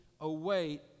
await